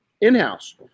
in-house